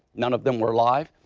none of them were live.